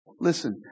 Listen